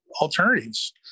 alternatives